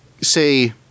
say